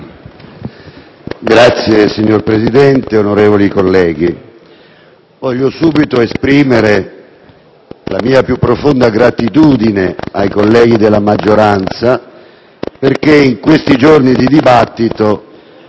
*(AN)*. Signor Presidente, onorevoli colleghi, voglio subito esprimere la mia più profonda gratitudine ai colleghi della maggioranza perché in questi giorni di dibattito